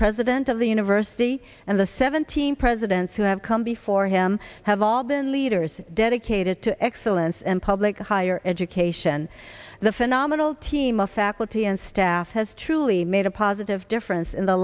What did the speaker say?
president of the university and the seventeen presidents who have come before him have all been leaders dedicated to excellence and public higher education the phenomenal team of faculty and staff has truly made a positive difference in the